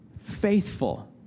faithful